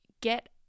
get